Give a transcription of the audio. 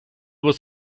was